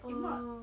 oh